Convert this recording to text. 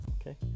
Okay